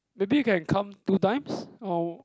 maybe you can come two times or